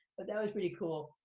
but that was pretty cool.